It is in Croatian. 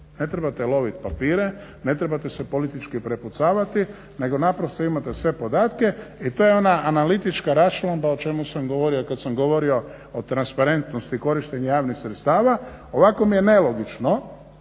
ne trebate loviti papire, ne trebate se politički prepucavati nego naprosto imate sve podatke. I to je ona analitička raščlamba o čemu sam govorio kad sam govorio o transparentnosti korištenja javnih sredstava. Ovako mi je nelogično